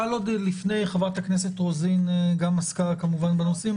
חברת הכנסת רוזין גם עסקה כמובן בנושאים